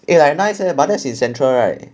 eh like nice leh but that's in central right